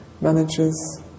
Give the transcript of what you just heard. managers